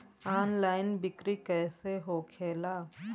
Online बिक्री कैसे होखेला?